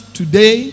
today